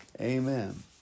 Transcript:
Amen